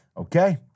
Okay